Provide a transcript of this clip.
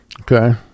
Okay